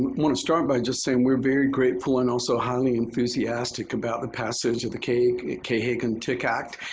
want to start by just saying we're very grateful and also having enthusiastic about the passage of the kay kay hagan tick act.